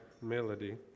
melody